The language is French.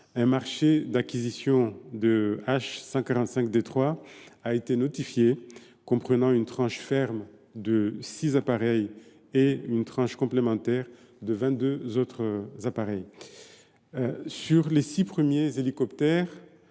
Un marché d’acquisition de H145 D3 a été notifié. Il comprend une tranche ferme de six appareils et une tranche complémentaire de vingt deux appareils. Sur les six premiers hélicoptères,